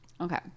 Okay